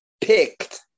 picked